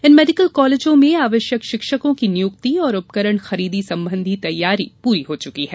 इन medical कॉलेजों में आवश्यक शिक्षकों की नियुक्ति और उपकरण खरीदी संबंधी तैयारी पूरी हो चुकी है